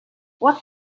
what